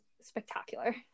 spectacular